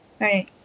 right